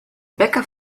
bäcker